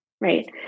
right